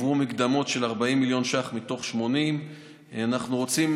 הובאו מקדמות של 40 מיליון שקל מתוך 80. אנחנו רוצים